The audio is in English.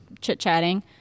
chit-chatting